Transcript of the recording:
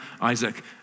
Isaac